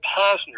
Posner